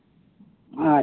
ᱟᱪᱪᱷᱟ ᱟᱪᱪᱷᱟ